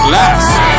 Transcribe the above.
last